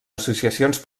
associacions